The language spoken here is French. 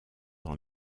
dans